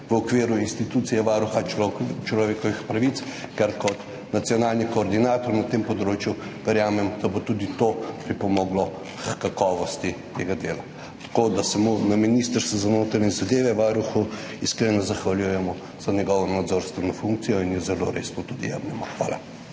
v okviru institucije Varuha človekovih pravic, ker kot nacionalni koordinator na tem področju verjamem, da bo tudi to pripomoglo h kakovosti tega dela. Varuhu se na Ministrstvu za notranje zadeve iskreno zahvaljujemo za njegovo nadzorstveno funkcijo in jo tudi zelo resno jemljemo. Hvala.